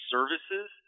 Services